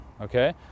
okay